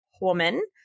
woman